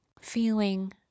feeling